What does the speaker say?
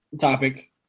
topic